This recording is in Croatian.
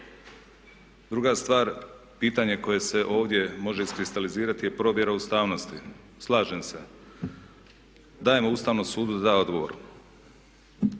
Druga stvar, pitanje koje se ovdje može iskristalizirati je provjera ustavnosti. Slažem se. Dajemo Ustavnom sudu da da